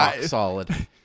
solid